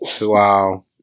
wow